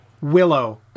Willow